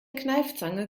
kneifzange